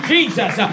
Jesus